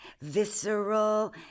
visceral